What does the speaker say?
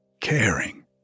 caring